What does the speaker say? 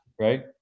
Right